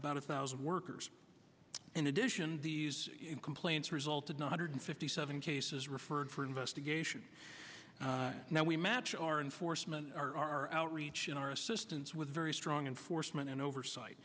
about a thousand workers in addition these complaints resulted one hundred fifty seven cases referred for investigation now we match our enforcement our outreach and our assistance with very strong enforcement and oversight